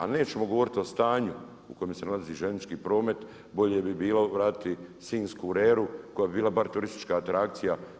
A nećemo govoriti o stanju u kojem se nalazi željeznički promet, bolje bi bilo vratiti sinjsku reru koja bi bila bar turistička atrakcija.